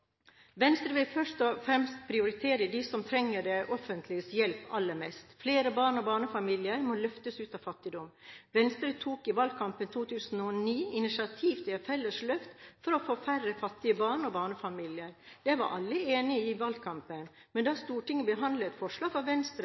Venstre vil først og fremst prioritere dem som trenger det offentliges hjelp aller mest. Flere barn og barnefamilier må løftes ut av fattigdom. Venstre tok i valgkampen 2009 initiativ til et felles løft for å få færre fattige barn og barnefamilier. Det var alle enige om i valgkampen, men da Stortinget behandlet forslag fra Venstre